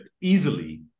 easily